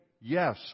Yes